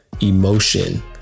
emotion